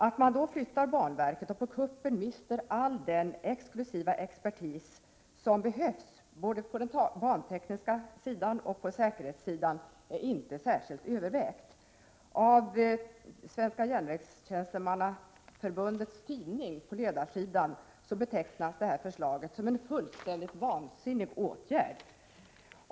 Att man då flyttar banverket och på kuppen mister all den exklusiva expertis som behövs både på den bantekniska och på säkerhetssidan är inte särskilt väl övervägt. I Svenska järnvägstjänstemannaförbundets tidning, på ledarsidan, betecknas det här förslaget som en fullständigt vansinnig åtgärd.